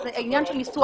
זה עניין של ניסוח עכשיו.